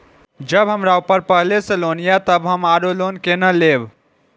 जब हमरा ऊपर पहले से लोन ये तब हम आरो लोन केना लैब?